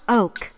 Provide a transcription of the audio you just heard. oak